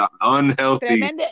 unhealthy